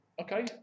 okay